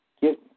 Get